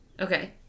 Okay